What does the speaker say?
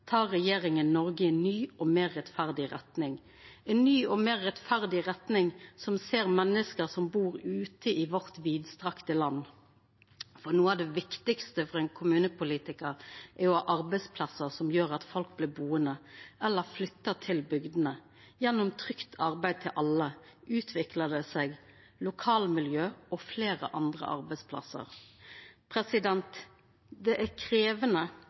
regjeringa Noreg i ei ny og meir rettferdig retning, der ein ser menneska som bur ute i vårt vidstrekte land. Noko av det viktigaste for ein kommunepolitikar er å ha arbeidsplassar som gjer at folk blir buande eller flyttar til bygdene. Gjennom trygt arbeid til alle utviklar det seg lokalmiljø og fleire andre arbeidsplassar. Det er krevjande